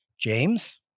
James